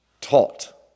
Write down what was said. taught